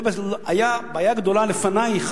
היתה בעיה גדולה לפנַי,